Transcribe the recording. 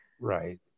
Right